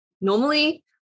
normally